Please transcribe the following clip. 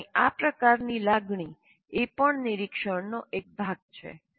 જાણવાની આ પ્રકારની લાગણી એ પણ નિરીક્ષણનો એક ભાગ છે